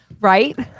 right